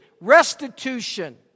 restitution